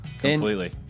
completely